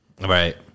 Right